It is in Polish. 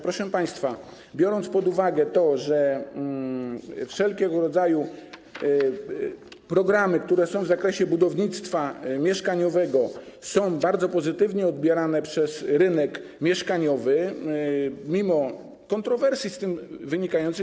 Proszę państwa, bierzemy pod uwagę to, że wszelkiego rodzaju programy, które są w zakresie budownictwa mieszkaniowego, są bardzo pozytywnie odbierane przez rynek mieszkaniowy, mimo kontrowersji z tego wynikających.